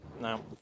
No